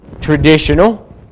traditional